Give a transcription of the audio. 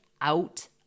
out